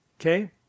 okay